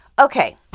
Okay